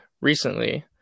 recently